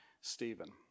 Stephen